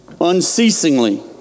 unceasingly